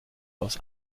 aus